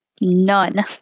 None